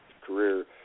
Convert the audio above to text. career